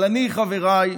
אבל אני, חבריי,